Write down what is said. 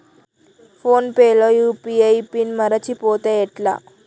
Phone pay లో UPI PIN మరచిపోతే ఎట్లా?